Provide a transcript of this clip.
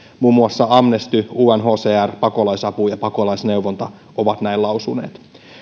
muun muassa amnesty unhcr pakolaisapu ja pakolaisneuvonta ovat näin lausuneet